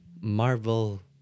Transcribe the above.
Marvel